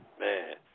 Man